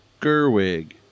Gerwig